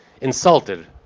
insulted